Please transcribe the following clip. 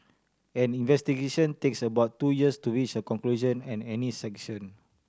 any investigation takes about two years to reach a conclusion and any sanction